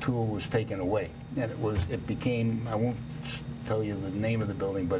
tool was taken away and it was it became i won't tell you the name of the building but